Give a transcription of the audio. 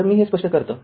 तर मी हे स्पष्ट करतो